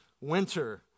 winter